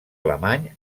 alemany